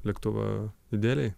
lėktuvą idealiai